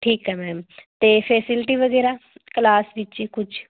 ਠੀਕ ਹੈ ਮੈਮ ਅਤੇ ਫੈਸਿਲਿਟੀ ਵਗੈਰਾ ਕਲਾਸ ਵਿੱਚ ਹੀ ਕੁਝ